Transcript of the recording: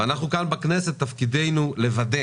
כאן בכנסת תפקידנו לוודא